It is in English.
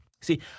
See